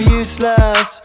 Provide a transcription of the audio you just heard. useless